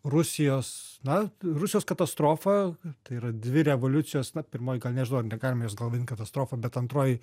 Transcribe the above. rusijos na rusijos katastrofą tai yra dvi revoliucijos na pirmoji gal nežinau ar negalima jos galbūt katastrofa bet antroji